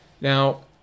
Now